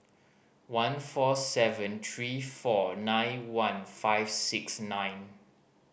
one four seven three four nine one five six nine